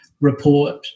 report